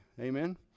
Amen